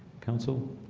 counsel